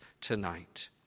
tonight